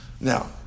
Now